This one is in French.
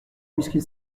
puisqu’il